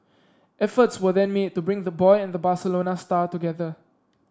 efforts were then made to bring the boy and the Barcelona star together